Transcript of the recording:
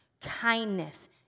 kindness